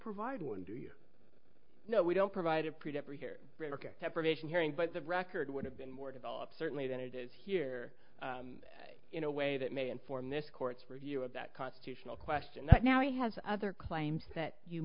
provide one do you know we don't provide a pretty deprivation hearing but the record would have been more developed certainly than it is here in a way that may inform this court's review of that constitutional question that now has other claims that you